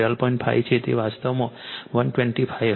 5 છે તે વાસ્તવમાં 125 હશે